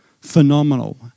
phenomenal